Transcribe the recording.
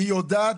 היא יודעת,